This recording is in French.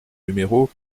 numéro